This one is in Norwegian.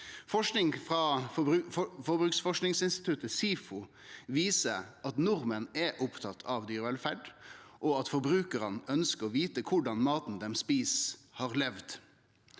Forsking frå Forbruksforskingsinstituttet, SIFO, viser at nordmenn er opptatte av dyrevelferd, og at forbrukarane ønskjer å vite korleis dyret dei et, har levd.